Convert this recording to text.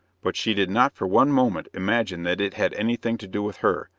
but she did not for one moment imagine that it had anything to do with her,